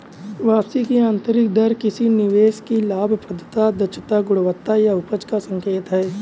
वापसी की आंतरिक दर किसी निवेश की लाभप्रदता, दक्षता, गुणवत्ता या उपज का संकेत है